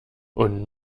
und